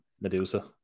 Medusa